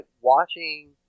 watching